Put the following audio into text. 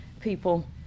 people